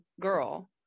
girl